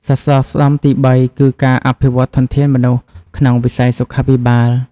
សសរស្តម្ភទី៣គឺការអភិវឌ្ឍធនធានមនុស្សក្នុងវិស័យសុខាភិបាល។